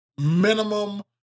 Minimum